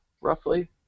roughly